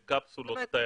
בקפסולות,